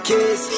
Kiss